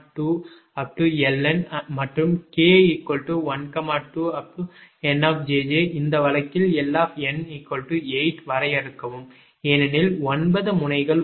𝑁 𝑗𝑗 இந்த வழக்கில் 𝐿𝑁 8 வரையறுக்கவும் ஏனெனில் 9 முனைகள் உள்ளன